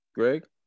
Greg